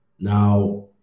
Now